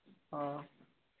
অঁ